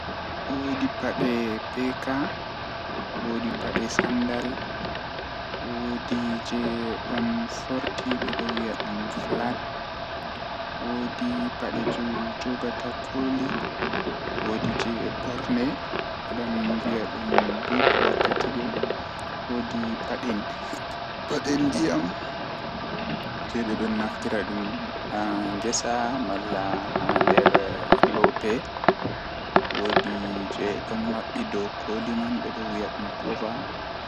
Woodi koɓe mbiyata dum frozen desert, woodi pasteris, woodi fried desert, woodi regional desert, woodi munci, woodi candis and sweet, woodi pasteris, woodi cakeji, woodi ginger bread, woodi short bread.